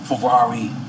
Ferrari